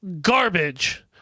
garbage